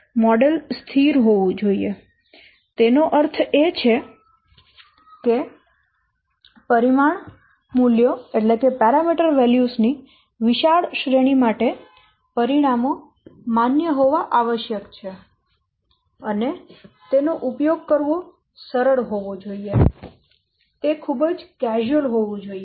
model સ્થિર હોવું જોઈએ તેનો અર્થ એ છે કે પરિમાણ મૂલ્યો ની વિશાળ શ્રેણી માટે પરિણામો માન્ય હોવા આવશ્યક છે અને તેનો ઉપયોગ કરવો સરળ હોવો જોઈએ